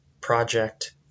project